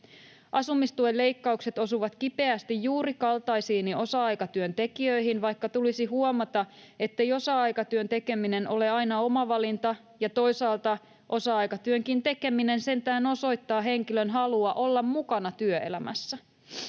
Asumistuen leikkaukset osuvat kipeästi juuri kaltaisiini osa-aikatyöntekijöihin, vaikka tulisi huomata, ettei osa-aikatyön tekeminen ole aina oma valinta ja toisaalta osa-aikatyönkin tekeminen sentään osoittaa henkilön halua olla mukana työelämässä.